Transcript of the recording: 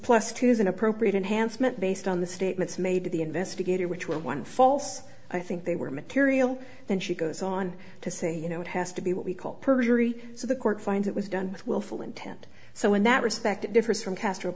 plus to use an appropriate enhanced meant based on the statements made to the investigator which were one false i think they were material then she goes on to say you know it has to be what we call perjury so the court finds it was done with willful intent so in that respect it differs from castro